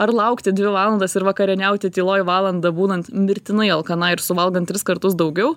ar laukti dvi valandas ir vakarieniauti tyloj valandą būnant mirtinai alkanai ir suvalgant tris kartus daugiau